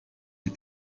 des